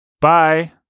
Bye